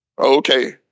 Okay